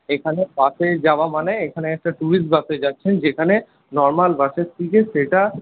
এখানে বাসে যাওয়া মানে এখানে একটা ট্যুরিস্ট বাসে যাচ্ছেন যেখানে নর্মাল বাসের থেকে সেটা